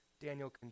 Daniel